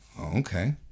Okay